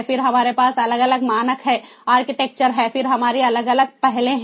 फिर हमारे पास अलग अलग मानक हैं आर्किटेक्चर हैं फिर हमारी अलग अलग पहलें हैं